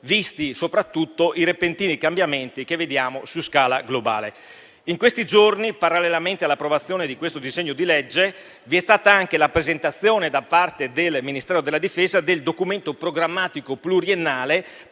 visti soprattutto i repentini cambiamenti che vediamo su scala globale. In questi giorni, parallelamente all'approvazione di questo disegno di legge, vi è stata anche la presentazione, da parte del Ministero della difesa, del Documento programmatico pluriennale